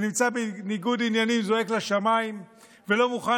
שנמצא בניגוד עניינים זועק לשמיים ולא מוכן